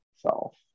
self